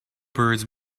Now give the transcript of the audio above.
birds